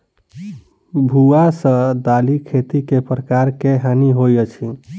भुआ सँ दालि खेती मे केँ प्रकार केँ हानि होइ अछि?